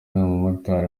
umumotari